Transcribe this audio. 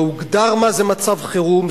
לא הוגדר מה זה מצב חירום,